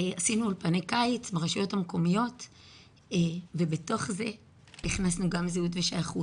עשינו אולפני קיץ ברשויות המקומיות ובתוך זה הכנסנו גם זהות ושייכות.